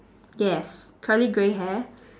yes curly grey hair